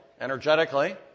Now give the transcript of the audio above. energetically